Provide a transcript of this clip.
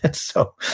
and so,